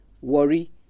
worry